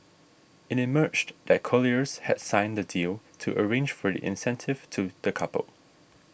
it emerged that Colliers had signed the deal to arrange for the incentive to the couple